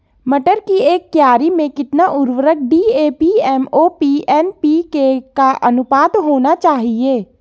मटर की एक क्यारी में कितना उर्वरक डी.ए.पी एम.ओ.पी एन.पी.के का अनुपात होना चाहिए?